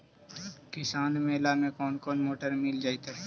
किसान मेला में कोन कोन मोटर मिल जैतै?